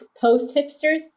post-hipsters